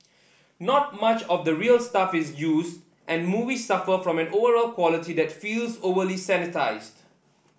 not much of the real stuff is used and the movie suffer from an overall quality that feels overly sanitised